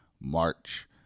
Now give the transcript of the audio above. March